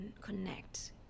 connect